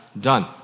done